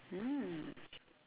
mm